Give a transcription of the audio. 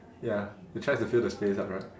ya you tried to fill the space up right